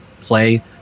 play